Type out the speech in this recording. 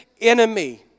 enemy